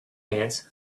ants